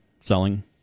selling